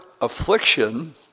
affliction